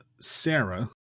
Sarah